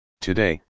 Today